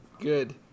Good